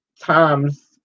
times